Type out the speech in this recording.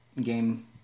game